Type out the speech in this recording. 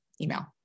email